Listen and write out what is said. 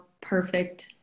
perfect